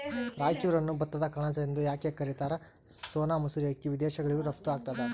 ರಾಯಚೂರನ್ನು ಭತ್ತದ ಕಣಜ ಎಂದು ಯಾಕ ಕರಿತಾರ? ಸೋನಾ ಮಸೂರಿ ಅಕ್ಕಿ ವಿದೇಶಗಳಿಗೂ ರಫ್ತು ಆಗ್ತದ